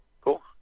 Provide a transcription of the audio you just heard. Cool